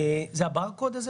זה הברקוד?